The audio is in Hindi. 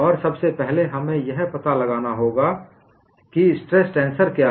और सबसे पहले हमें यह पता लगाना होगा कि स्ट्रेस टेंसर क्या है